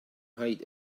height